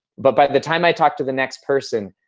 but by the time i talk to the next person,